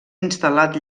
instal·lat